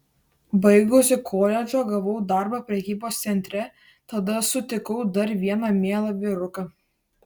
baigusi koledžą gavau darbą prekybos centre tada sutikau dar vieną mielą vyruką